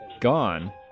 Gone